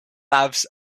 labs